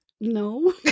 No